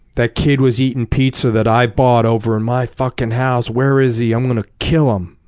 that kid was eating pizza that i bought over in my fucking house. where is he? i'm going to kill him.